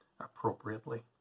appropriately